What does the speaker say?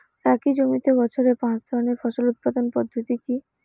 একই জমিতে বছরে পাঁচ ধরনের ফসল উৎপাদন পদ্ধতি কী?